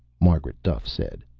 margaret duffe said.